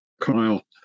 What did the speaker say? Kyle